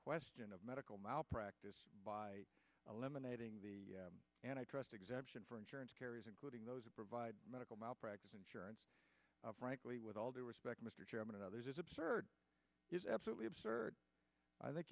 question of medical malpractise by eliminating the antitrust exemption for insurance carriers including those who provide medical malpractise insurance frankly with all due respect mr chairman others is absurd is absolutely absurd i think